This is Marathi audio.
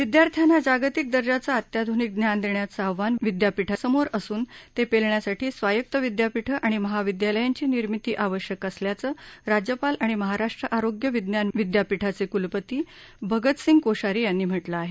विद्यार्थ्यांना जागतिक दर्जाचं अत्याधुनिक ज्ञान देण्याचं आव्हान विद्यापीठांसमोर असून ते पेलण्यासाठी स्वायत्त विद्यापीठं आणि महाविद्यालयांची निर्मिती आवश्यक असल्याचं राज्यपाल आणि महाराष्ट्र आरोग्य विज्ञान विद्यापीठाचे कुलपती भगतसिंह कोश्यारी यांनी म्हटलं आहे